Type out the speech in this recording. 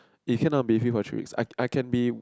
if can lah I will be here for three weeks I I can be